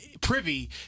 privy